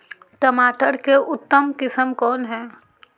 टमाटर के उतम किस्म कौन है?